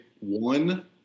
one